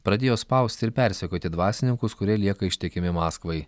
pradėjo spausti ir persekioti dvasininkus kurie lieka ištikimi maskvai